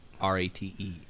R-A-T-E